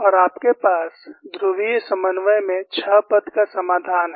और आपके पास ध्रुवीय समन्वय में छह पद का समाधान है